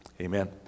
Amen